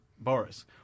Boris